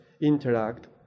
interact